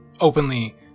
openly